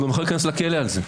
הוא גם יכול להיכנס לכלא על זה.